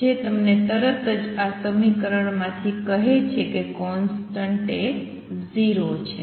જે તમને તરત જ આ સમીકરણમાંથી કહે છે કે કોંસ્ટંટ એ 0 છે